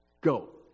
go